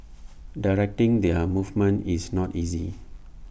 directing their movement is not easy